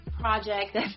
project